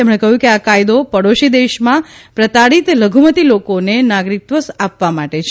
તેમણે કહયું કે આ કાયદો પડોશી દેશમાં પ્રતાડીત લધુમતી લોકોને નાગરીકત્વ આપવા માટે છે